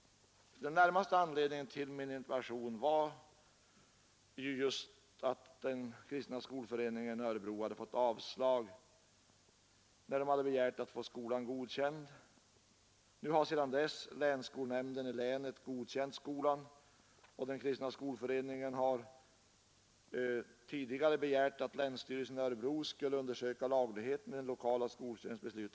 Den närmaste anledningen till min interpellation var ju just att Kristna skolföreningen i Örebro hade fått avslag när man hade begärt att få skolan godkänd. Nu har sedan dess länsskolnämnden godkänt skolan. Kristna skolföreningen har tidigare begärt att länsstyrelsen i Örebro skulle undersöka lagligheten i den lokala skolstyrelsens beslut.